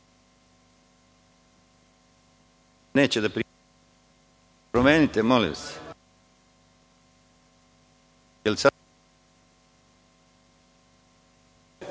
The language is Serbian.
Hvala vam.